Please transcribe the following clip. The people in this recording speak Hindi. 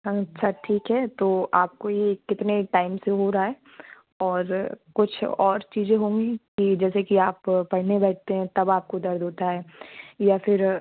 अच्छा ठीक है तो आपको ये कितने टाइम से हो रहा है और कुछ और चीज़ें होंगी कि जैसे कि आप पढ़ने बैठते हैं तब आपको दर्द होता है या फिर